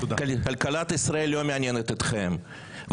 כלכלת ישראל לא מעניינת אתכם,